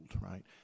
right